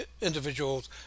individuals